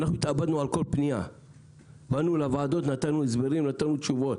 אנחנו אתך ומאבקך הוא מאבקם של כולנו,